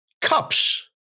cups